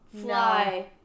fly